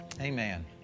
Amen